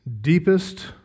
deepest